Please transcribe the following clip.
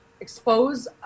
expose